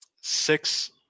six